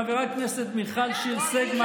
חברת הכנסת מיכל שיר סגמן,